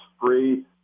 free